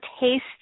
taste